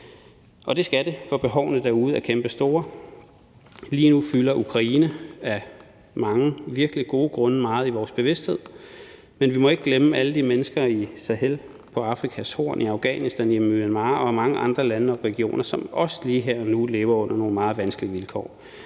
og det skal det, for behovene derude er kæmpestore. Lige nu fylder Ukraine af mange virkelig gode grunde meget i vores bevidsthed, men vi må ikke glemme alle de mennesker i Sahel, på Afrikas Horn, i Afghanistan, Myanmar og i mange andre lande og regioner, som også lige her og nu lever under nogle meget vanskelige vilkår,